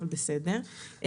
אבל בסדר.